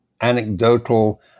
anecdotal